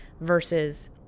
versus